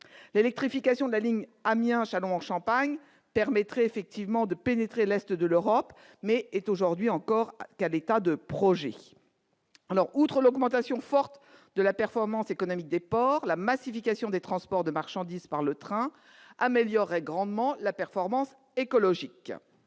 L'électrification de la ligne Amiens-Châlons-en-Champagne permettrait effectivement de pénétrer l'est de l'Europe, mais elle n'est aujourd'hui encore qu'à l'état de projet. Outre l'augmentation forte de la performance économique des ports, la massification des transports de marchandises par le train améliorerait grandement la performance écologique.